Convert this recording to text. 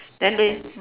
then they